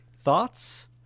thoughts